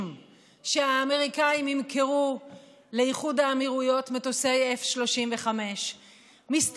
שהאמריקאים ימכרו לאיחוד האמירויות מטוסי F-35. מסתבר,